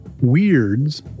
weirds